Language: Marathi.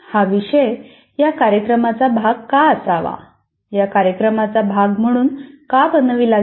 हा विषय या कार्यक्रमाचा भाग का असावा या कार्यक्रमाचा भाग म्हणून का बनविला गेला